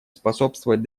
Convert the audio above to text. способствовать